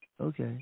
Okay